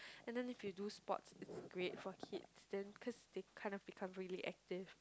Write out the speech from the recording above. and then if you do sports it's great for kids then cause they kind of become really active